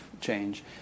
change